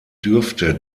dürfte